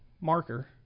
marker